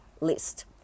list